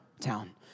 town